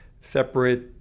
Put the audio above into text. separate